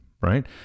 right